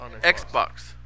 Xbox